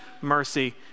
mercy